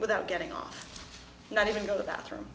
without getting off not even go to bathroom